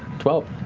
twelve,